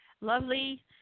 lovely